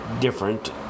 different